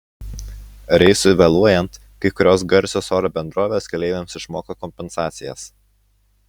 reisui vėluojant kai kurios garsios oro bendrovės keleiviams išmoka kompensacijas